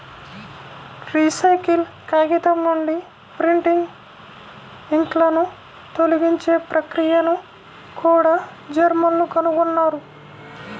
recycle కాగితం నుండి printing ఇంక్లను తొలగించే ప్రక్రియను కూడా జర్మన్లు కనుగొన్నారు